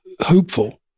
hopeful